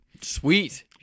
Sweet